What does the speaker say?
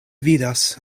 vidas